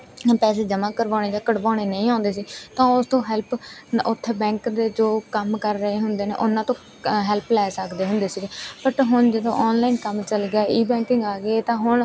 ਪੈਸੇ ਜਮ੍ਹਾਂ ਕਰਵਾਉਣੇ ਜਾਂ ਕਢਵਾਉਣੇ ਨਹੀਂ ਆਉਂਦੇ ਸੀ ਤਾਂ ਉਸ ਤੋਂ ਹੈਲਪ ਉੱਥੇ ਬੈਂਕ ਦੇ ਜੋ ਕੰਮ ਕਰ ਰਹੇ ਹੁੰਦੇ ਨੇ ਉਹਨਾਂ ਤੋਂ ਹੈਲਪ ਲੈ ਸਕਦੇ ਹੁੰਦੇ ਸੀਗੇ ਬਟ ਹੁਣ ਜਦੋਂ ਔਨਲਾਈਨ ਕੰਮ ਚਲ ਗਿਆ ਈ ਬੈਂਕਿੰਗ ਆ ਗਈ ਤਾਂ ਹੁਣ